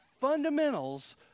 fundamentals